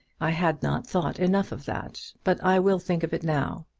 i had not thought enough of that, but i will think of it now.